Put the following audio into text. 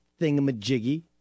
thingamajiggy